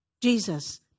Jesus